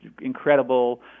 incredible